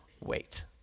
wait